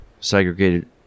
segregated